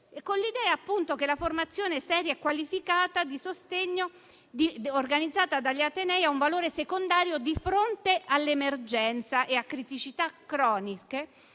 con l'idea che la formazione seria e qualificata di sostegno organizzata dagli atenei ha un valore secondario di fronte all'emergenza e a criticità croniche,